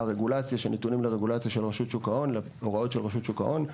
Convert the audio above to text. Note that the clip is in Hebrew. אנו נתונים להוראות של רשות שוק ההון,